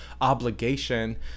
obligation